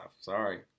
Sorry